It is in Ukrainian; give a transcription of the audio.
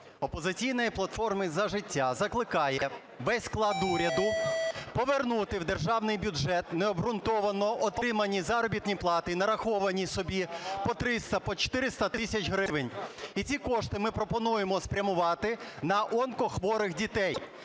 "Опозиційної платформи - За життя" закликає весь склад уряду повернути в державний бюджет необґрунтовано отримані заробітні плати і нараховані собі по 300, по 400 тисяч гривень. І ці кошти ми пропонуємо спрямувати на онкохворих дітей.